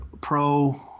pro